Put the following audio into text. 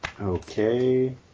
Okay